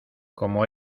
como